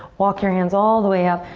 walk your hands all the way up.